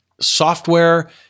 software